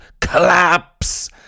Collapse